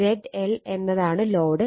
Z L എന്നതാണ് load